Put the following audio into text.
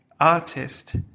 artist